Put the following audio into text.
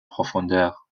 profondeur